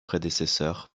prédécesseurs